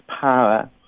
power